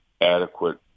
adequate